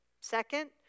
Second